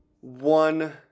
one